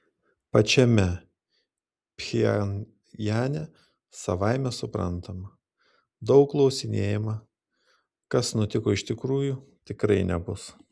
pačiame pchenjane savaime suprantama daug klausinėjama kas nutiko iš tikrųjų tikrai nebus